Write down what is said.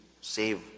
save